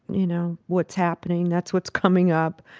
you know, what's happening. that's what's coming up.